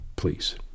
Please